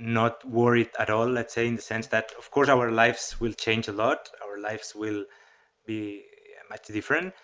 not worried at all, let's say, in the sense that of course our lives will change a lot. our lives will be much different,